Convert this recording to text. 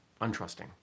untrusting